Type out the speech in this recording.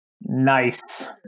nice